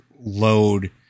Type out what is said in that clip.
load